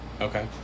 Okay